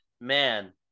man